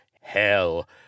Hell